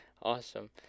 Awesome